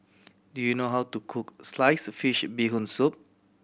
do you know how to cook sliced fish Bee Hoon Soup